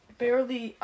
barely